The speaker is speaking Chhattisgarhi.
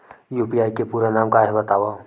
यू.पी.आई के पूरा नाम का हे बतावव?